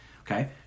Okay